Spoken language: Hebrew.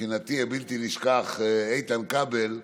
מבחינתי הבלתי-נשכח, איתן כבל,